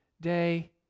day